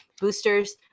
boosters